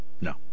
No